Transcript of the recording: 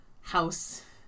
house